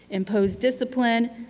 impose discipline,